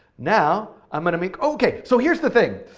now, i'm going to make, okay, so here's the thing.